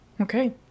Okay